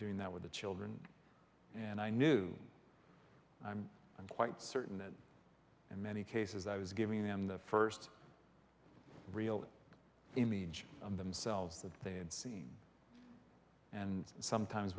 doing that with the children and i knew i'm quite certain that in many cases i was giving them the first real image of themselves that they'd seen and sometimes